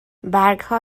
برگها